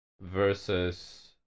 versus